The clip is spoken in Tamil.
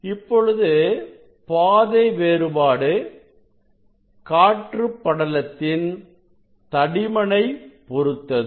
இப்பொழுது பாதை வேறுபாடு காற்று படலத்தின்தடிமனை பொருத்தது